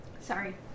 Sorry